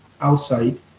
outside